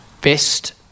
Best